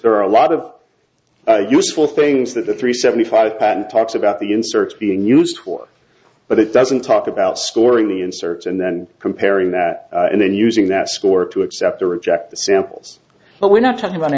there are a lot of useful things that the three seventy five pattern talks about the inserts being used for but it doesn't talk about scoring the inserts and then comparing that and then using that score to accept or reject the samples but we're not talking about